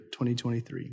2023